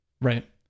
Right